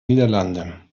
niederlande